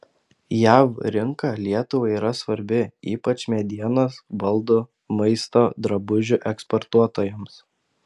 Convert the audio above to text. jav rinka lietuvai yra svarbi ypač medienos baldų maisto drabužių eksportuotojams